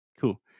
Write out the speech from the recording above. Cool